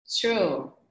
True